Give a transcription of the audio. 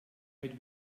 mit